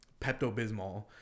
pepto-bismol